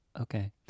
okay